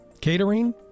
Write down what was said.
catering